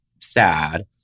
sad